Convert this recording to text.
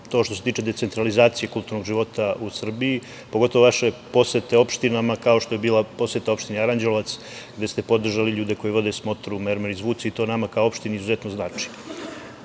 to što se tiče decentralizacije kulturnog života u Srbiji, pogotovo vaše posete opštinama kao što je bila poseta Opštini Aranđelovac, gde ste podržali ljude koji vode smotru „Mermerni i zvuci“. To nama kao opštini izuzetno znači. Što